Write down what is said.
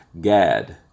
Gad